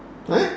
!huh!